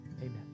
Amen